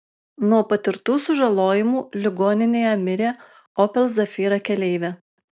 nuo patirtų sužalojimų ligoninėje mirė opel zafira keleivė